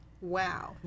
Wow